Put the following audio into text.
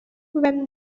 when